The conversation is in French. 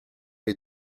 est